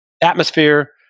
atmosphere